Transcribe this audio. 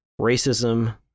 racism